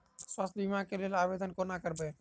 स्वास्थ्य बीमा कऽ लेल आवेदन कोना करबै?